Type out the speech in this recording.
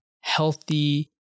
healthy